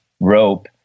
rope